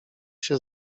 się